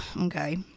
Okay